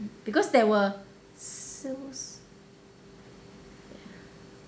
because there were